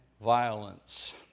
violence